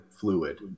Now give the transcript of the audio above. fluid